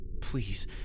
please